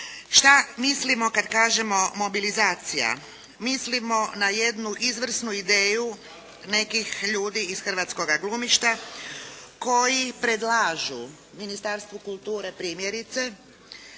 Šta mislimo kad kažemo mobilizacija? Mislimo na jednu izvrnu ideju nekih ljudi iz hrvatskoga glumišta koji predlažu Ministarstvu kulture primjerice